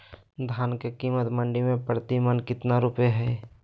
धान के कीमत मंडी में प्रति मन कितना रुपया हाय?